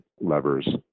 levers